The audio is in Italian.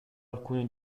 alcuni